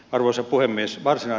arvoisa puhemies